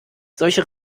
solche